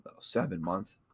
seven-month